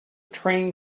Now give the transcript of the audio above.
train